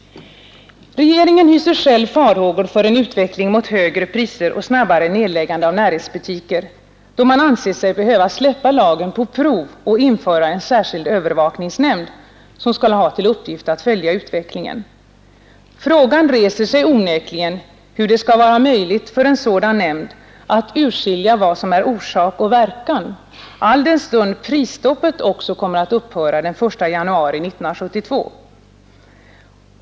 Regeringen hyser själv farhågor för en utveckling mot högre priser och snabbare nedläggande av närhetsbutiker, då man ansett sig behöva släppa lagen på prov och införa en särskild övervakningsnämnd som skall ha till uppgift att följa utvecklingen. Frågan reser sig onekligen, hur det skall bli möjligt för denna nämnd att urskilja vad som är orsak och verkan, alldenstund prisstoppet också kommer att upphöra den 1 januari 1972.